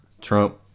Trump